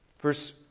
Verse